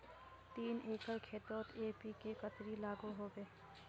तीन एकर खेतोत एन.पी.के कतेरी लागोहो होबे?